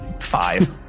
Five